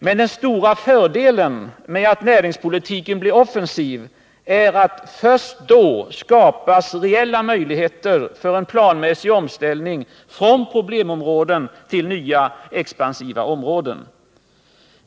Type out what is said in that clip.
Men den stora fördelen med att näringspolitiken blir offensiv är att först då skapas reella möjligheter för en planmässig omställning från problemområden till nya expansiva områden.